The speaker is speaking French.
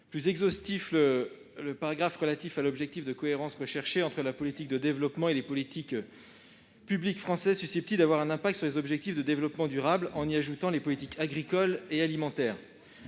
exhaustif le paragraphe du rapport annexé relatif à l'objectif de cohérence recherché entre la politique de développement et les politiques publiques françaises susceptibles d'avoir un impact sur les objectifs de développement durable, les ODD, en y ajoutant les politiques agricoles et alimentaires.